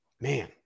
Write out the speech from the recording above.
man